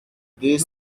deux